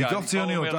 מתוך ציונות.